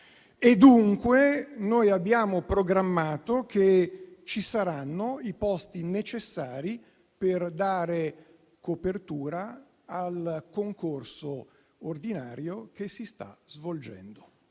Dunque, abbiamo programmato che ci saranno i posti necessari per dare copertura al concorso ordinario che si sta svolgendo.